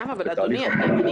אדוני,